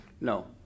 No